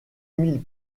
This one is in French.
mille